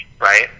right